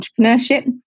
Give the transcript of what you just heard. entrepreneurship